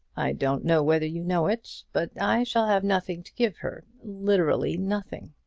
i don't know whether you know it, but i shall have nothing to give her literally nothing.